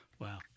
Wow